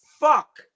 fuck